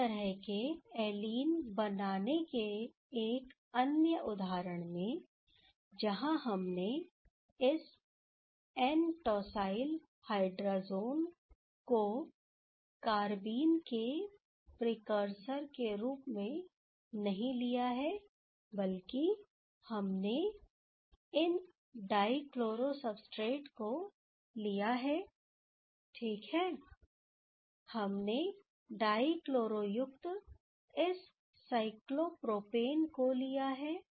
इस तरह के एलीन बनाने के एक अन्य उदाहरण में जहां हमने इस एन टॉसाइल हाइड्राजोन को कार बीन के प्रीकरसर के रूप में नहीं लिया है बल्कि हमने इन डाइक्लोरो सब्सट्रेट को लिया है ठीक है हमने डाई क्लोरो युक्त इस साइक्लोप्रोपेन को लिया है